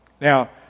Now